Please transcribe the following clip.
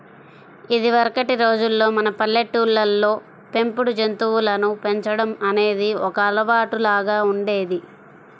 ఇదివరకటి రోజుల్లో మన పల్లెటూళ్ళల్లో పెంపుడు జంతువులను పెంచడం అనేది ఒక అలవాటులాగా ఉండేది